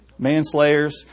Manslayers